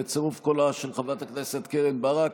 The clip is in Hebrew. בצירוף קולה של חברת הכנסת קרן ברק,